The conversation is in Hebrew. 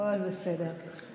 יש